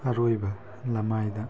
ꯑꯔꯣꯏꯕ ꯂꯃꯥꯏꯗ